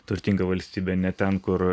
turtinga valstybė ne ten kur